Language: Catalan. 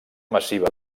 massiva